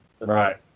Right